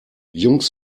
jungs